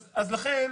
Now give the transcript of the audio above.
אז לכן,